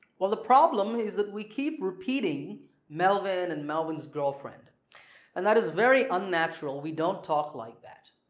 well the problem is that we keep repeating melvin and melvin's girlfriend and that is very unnatural we don't talk like that.